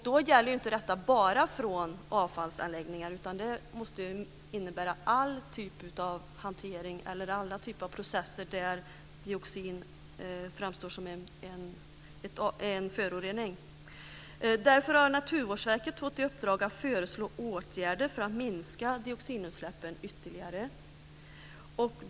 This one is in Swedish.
Det gäller inte bara utsläppen från avfallsanläggningar, utan det gäller all hantering och alla typer av processer där dioxin framstår som en förorening. Därför har Naturvårdsverket fått i uppdrag att föreslå åtgärder för att minska dioxinutsläppen ytterligare.